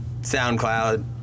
SoundCloud